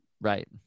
Right